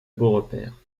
beaurepaire